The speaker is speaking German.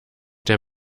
der